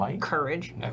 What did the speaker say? courage